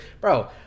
bro